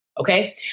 Okay